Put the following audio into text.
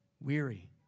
weary